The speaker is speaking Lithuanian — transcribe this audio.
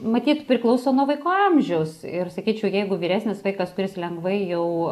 matyt priklauso nuo vaiko amžiaus ir sakyčiau jeigu vyresnis vaikas kuris lengvai jau